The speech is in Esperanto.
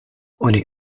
oni